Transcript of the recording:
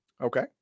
Okay